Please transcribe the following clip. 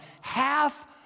half